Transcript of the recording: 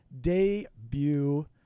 debut